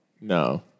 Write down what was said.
No